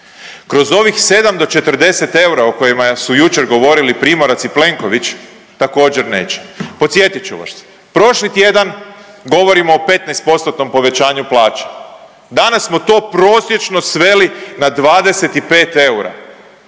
Kroz ovih 7 do 40 eura o kojima su jučer govorili Primorac i Plenković također neće. Podsjetit ću vas, prošli tjedan govorimo o 15%-tnom povećanju plaća, danas smo to prosječno sveli na 25 eura.